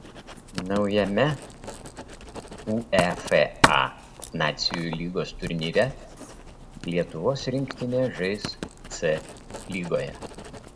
naujame uefa nacijų lygos turnyre lietuvos rinktinė žais c lygoje